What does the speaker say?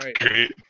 great